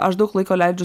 aš daug laiko leidžiu